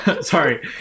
Sorry